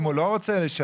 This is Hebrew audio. אם הוא לא רוצה לשלם,